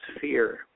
fear